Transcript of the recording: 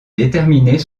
déterminer